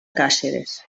càceres